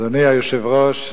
אדוני היושב-ראש,